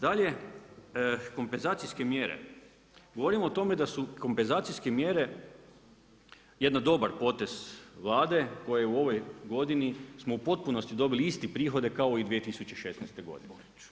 Dalje, kompenzacijske mjere, govorimo o tome da su kompenzacijske mjere jedan dobar potez Vlade koja u ovoj godini, smo u potpunosti dobili isti prihode kao i 2016. godine.